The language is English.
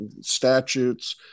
statutes